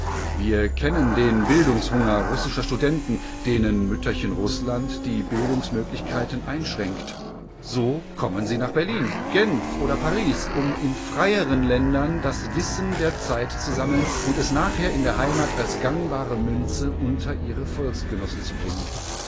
wir kennen den bildungshunger russischer studenten denen mütterchen rußland die bildungsmöglichkeiten einschränkt so kommen sie nach berlin genf oder paris um in freieren ländern das wissen der zeit zu sammeln und es nachher in der heimat als gangbare münze unter ihre volksgenossen zu bringen